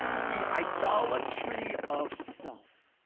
the idolatry of self.